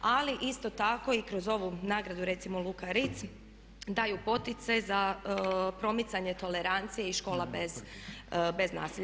Ali isto tako i kroz ovu nagradu recimo Luka Ritz daju poticaj za promicanje tolerancije i škola bez nasilja.